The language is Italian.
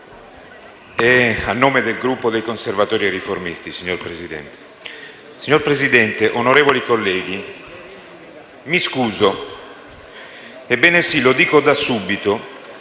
Signor Presidente, onorevoli colleghi, mi scuso. Ebbene sì, lo dico da subito: